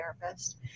therapist